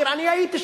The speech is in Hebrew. הוא אמר: הייתי שם.